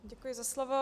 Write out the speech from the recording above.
Děkuji za slovo.